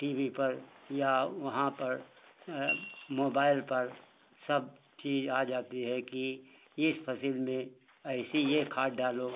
T V पर या वहाँ पर मोबाइल पर सब चीज आ जाती है कि इस फसल में ऐसी ये खाद डालो